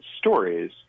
stories